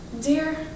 dear